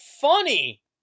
funny